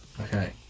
Okay